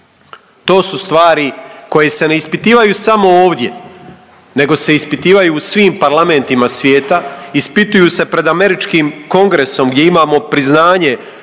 To su stvari koje se ne ispitivaju samo ovdje nego se ispitivaju u svim parlamentima svijeta, ispituju se pred američkim kongresom gdje imamo priznanje